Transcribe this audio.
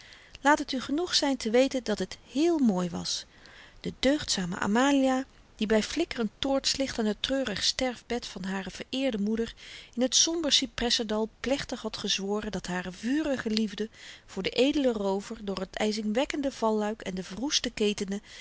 laat het u genoeg zyn te weten dat het heel mooi was de deugdzame amalia die by flikkerend toortslicht aan het treurig sterfbed van hare verëerde moeder in het somber cypressendal plechtig had gezworen dat hare vurige liefde voor den edelen roover door het yzingwekkende valluik en de verroeste ketenen